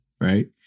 right